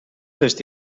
lust